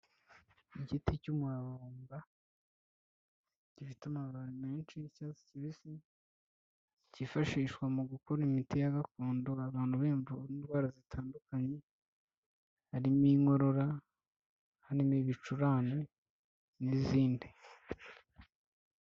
Igiti cy'umuravumba gifite amababi menshi y'icyatsi kibisi cyifashishwa mu gukora imiti ya gakondo abantu biyumvamo n'indwara zitandukanye harimo inkorora, harimo ibicurane, n'izindi.